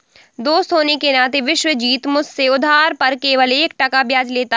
दोस्त होने के नाते विश्वजीत मुझसे उधार पर केवल एक टका ब्याज लेता है